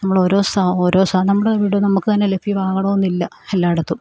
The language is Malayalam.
നമ്മളോരോ ഓരോ നമ്മുടെ ഇവിടെ നമുക്ക് തന്നെ ലഭ്യമാകണമെന്നില്ല എല്ലായിടത്തും